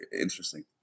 interesting